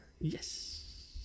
yes